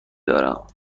دارم